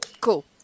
Cool